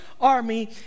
army